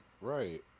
right